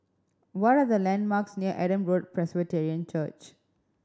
what are the landmarks near Adam Road Presbyterian Church